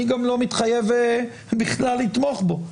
אני גם לא מתחייב בכלל לתמוך בו,